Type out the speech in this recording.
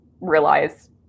realize